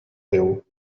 teu